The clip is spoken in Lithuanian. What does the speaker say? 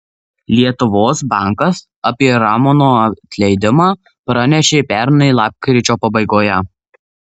lietuvos bankas apie ramono atleidimą pranešė pernai lapkričio pabaigoje